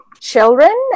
Children